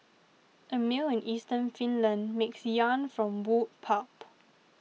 a mill in eastern Finland makes yarn from wood pulp